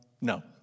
no